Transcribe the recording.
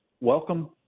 welcome